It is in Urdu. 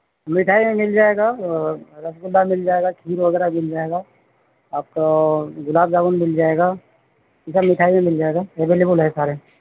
مٹھائی میں مِل جائے گا رَس گلہ مِل جائے گا کھیر وغیرہ مِل جائے گا آپ کو گلاب جامن مِل جائے گا دم مٹھائی بھی مِل جائے گا اویلیبل ہے سارے